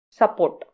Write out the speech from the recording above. support